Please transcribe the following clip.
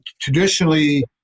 traditionally